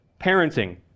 parenting